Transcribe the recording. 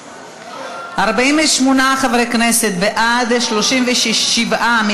117, הוראת שעה),